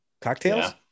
Cocktails